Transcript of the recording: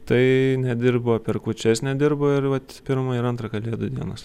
tai nedirbo per kūčias nedirbo ir vat pirmą ir antrą kalėdų dienas